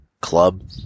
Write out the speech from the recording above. Club